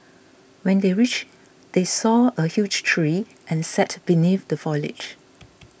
when they reached they saw a huge tree and sat beneath the foliage